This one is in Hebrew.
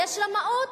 יש רמאות,